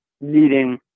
needing